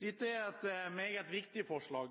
Dette er et meget viktig forslag,